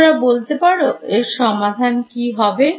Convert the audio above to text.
তোমরা বলতে পারো এর সমাধান কি হবে